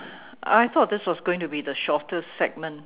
I thought this was going to be the shortest segment